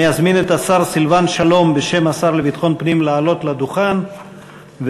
אני אזמין את השר סילבן שלום בשם השר לביטחון פנים לעלות לדוכן ולהשיב.